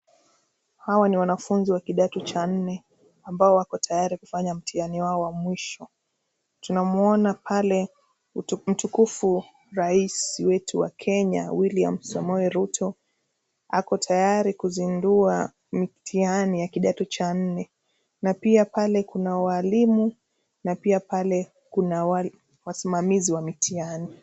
Hawa ni wanafunzi wa kidato cha nne ambao wako tayari kufanya mtihani wao wa mwisho. Tunamwona pale Mtukufu Rais wetu wa Kenya, (cs) William Samoei Ruto (cs), ako tayari kuzindua mtihani wa kidato cha nne. Na pia pale kuna walimu. Na pia pale kuna wasimamizi wa mitihani.